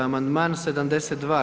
Amandman 72.